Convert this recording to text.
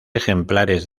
ejemplares